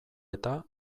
eta